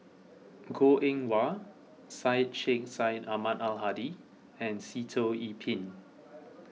Goh Eng Wah Syed Sheikh Syed Ahmad Al Hadi and Sitoh Yih Pin